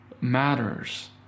matters